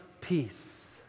peace